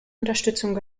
unterstützung